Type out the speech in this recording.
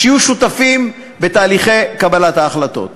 שיהיו שותפים בתהליכי קבלת ההחלטות.